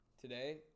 Today